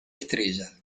estrella